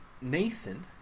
Nathan